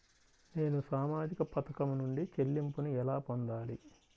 నేను సామాజిక పథకం నుండి చెల్లింపును ఎలా పొందాలి?